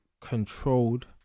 controlled